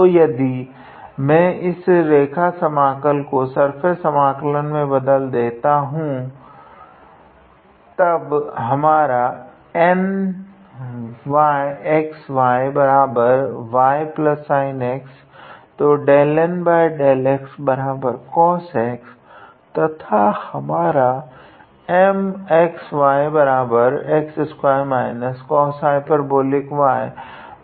तो यदि मैं इस रेखा समाकलन को सर्फेस समाकलन में बदल देता हूँ तब हमारा N𝑥𝑦𝑦sin𝑥 तो 𝜕𝑁𝜕𝑥cos𝑥 तथा हमारा 𝑀𝑥𝑦𝑥2−cosh𝑦